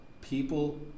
people